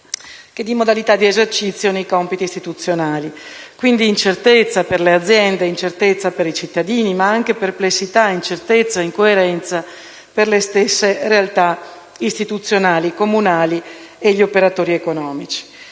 e di modalità di esercizio nei compiti istituzionali. Si è quindi generata incertezza per le aziende e per i cittadini, ma anche perplessità, incertezza e incoerenza per le stesse realtà istituzionali comunali e per gli operatori economici.